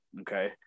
okay